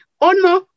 honor